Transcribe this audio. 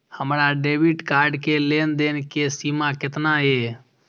हमार debit card के लेन देन के सीमा केतना ये?